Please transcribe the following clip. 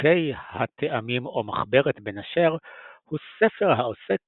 מדקדוקי הטעמים או מחברת בן אשר הוא ספר העוסק